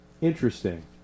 interesting